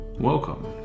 Welcome